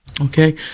Okay